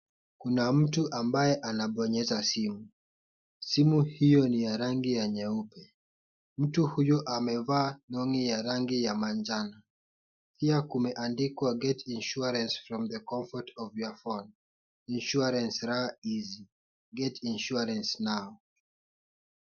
Kuna mtu ambaye anabonyeza simu. Simu hiyo ni ya rangi ya nyeupe. Mtu huyo amevaa long'i ya rangi ya manjano. Pia kumeandikwa Get insurance from the comfort of your phone. Insurance rah-easy. Get insurance now